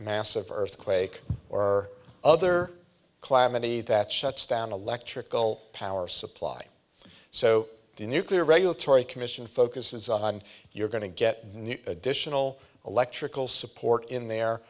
massive earthquake or other clammy that shuts down electrical power supply so the nuclear regulatory commission focuses on you're going to get new additional electrical support in there